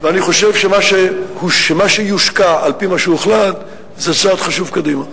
ואני חושב שמה שיושקע על-פי מה שהוחלט זה צעד חשוב קדימה.